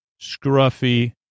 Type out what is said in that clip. Scruffy